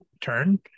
turn